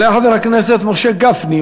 יעלה חבר הכנסת משה גפני,